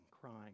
crying